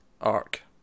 arc